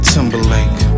Timberlake